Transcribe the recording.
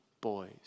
boys